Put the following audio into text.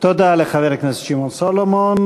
תודה לחבר הכנסת שמעון סולומון.